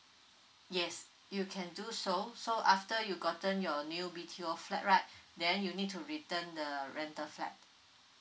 yes you can do so so after you gotten your new B_T_O flat right then you need to return the rental flat